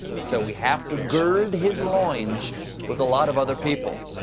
and so we have to gird his loins with a lot of other people.